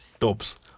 tops